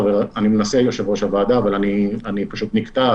יושב-ראש הוועדה, אבל אני פשוט נקטע.